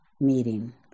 Meeting